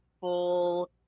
full